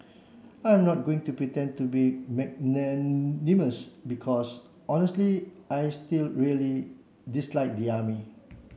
I am not going to pretend to be magnanimous because honestly I still really dislike the army